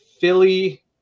Philly